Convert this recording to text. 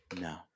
No